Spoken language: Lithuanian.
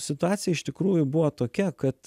situacija iš tikrųjų buvo tokia kad